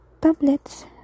tablets